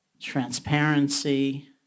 transparency